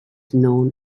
known